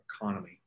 economy